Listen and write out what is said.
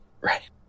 Right